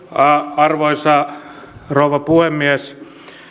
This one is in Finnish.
arvoisa rouva puhemies